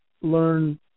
learn